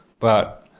but,